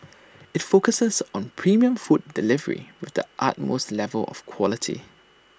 IT focuses on premium food delivery with the utmost level of quality